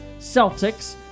Celtics